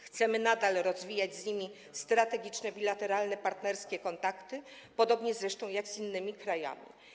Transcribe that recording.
Chcemy nadal rozwijać z nimi strategiczne bilateralne, partnerskie kontakty, podobnie zresztą jak z innymi krajami.